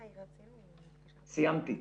סיימתי.